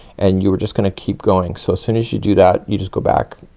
and you are just gonna keep going. so as soon as you do that you just go back,